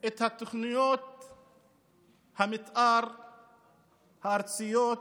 את תוכניות המתאר הארציות,